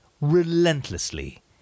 relentlessly